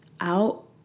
out